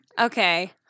Okay